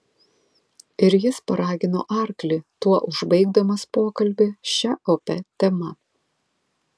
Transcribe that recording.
ir jis paragino arklį tuo užbaigdamas pokalbį šia opia tema